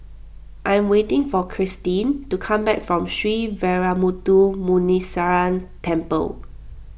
I am waiting for Kirstin to come back from Sree Veeramuthu Muneeswaran Temple